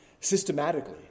systematically